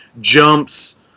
jumps